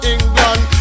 England